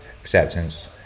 acceptance